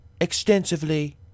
extensively